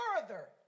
further